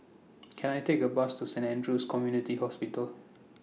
Can I Take A Bus to Saint Andrew's Community Hospital